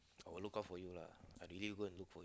I will look out for you lah I really go and look for